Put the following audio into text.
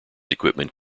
equipment